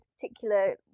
particular